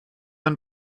man